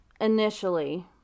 initially